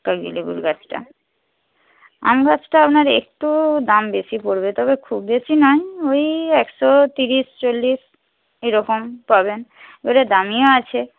কাগজি লেবুর গাছটা আমগাছটা আপনার একটু দাম বেশি পড়বে তবে খুব বেশি নয় ওই একশো তিরিশ চল্লিশ এইরকম পাবেন এবারে দামিও আছে